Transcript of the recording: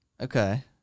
Okay